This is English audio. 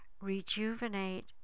rejuvenate